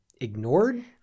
ignored